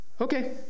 okay